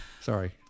Sorry